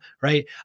right